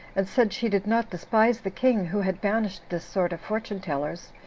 and said she did not despise the king, who had banished this sort of fortune tellers,